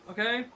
Okay